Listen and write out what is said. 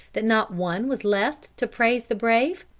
that not one was left to praise the brave?